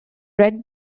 red